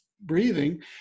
breathing